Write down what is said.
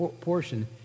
portion